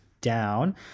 down